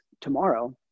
tomorrow